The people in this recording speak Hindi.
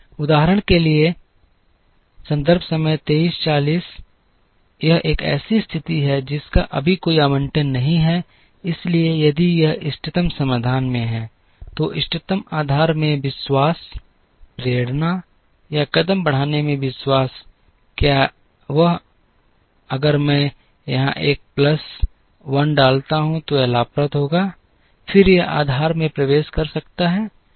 उदाहरण के लिए यह एक ऐसी स्थिति है जिसका अभी कोई आवंटन नहीं है इसलिए यदि यह इष्टतम समाधान में है तो इष्टतम आधार में विश्वास प्रेरणा या कदम बढ़ाने में विश्वास क्या वह अगर मैं यहां एक प्लस 1 डालता हूं तो यह लाभप्रद होगा फिर यह आधार में प्रवेश कर सकता है